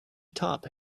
top